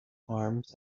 farms